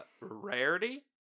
Rarity